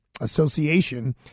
association